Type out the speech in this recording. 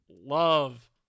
love